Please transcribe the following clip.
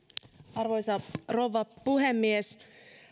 arvoisa rouva puhemies